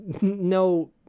no